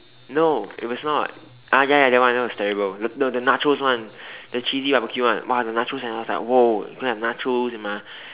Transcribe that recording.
no it was not ah ya ya that one that one was terrible no the the nachos one the cheesy barbeque one !wah! the nachos and I was like !whoa! gonna nachos in my